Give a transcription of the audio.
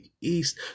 East